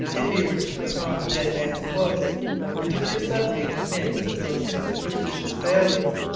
if he were to put on the dead man's clothes and appear suddenly in the midst of those superstitious sailors,